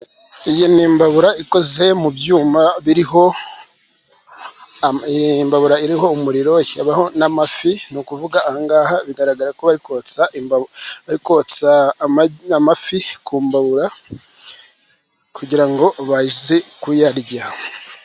Iyi ni imbabura ikoze mu byuma, imbabura iriho umuriro n'amafi, ni ukuvuga bigaragara ko bari kotsa amafi ku mbabura, kugira ngo baze kuyarya.